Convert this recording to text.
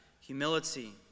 humility